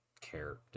care